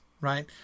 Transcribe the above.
right